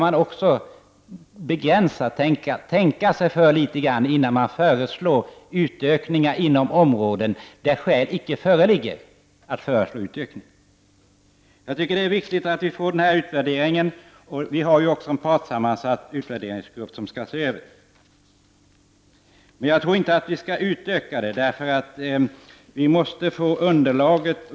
Jag vill då säga att man skall tänka sig för litet grand innan man föreslår utökningar inom områden där skäl för sådana icke föreligger. Jag tycker att det är viktigt att vi får denna utvärdering. Det finns också en partssammansatt utvärderingsgrupp, som skall göra en översyn. Jag tror dock inte att vi skall utöka denna verksamhet. Vi måste få fram underlaget.